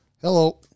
Hello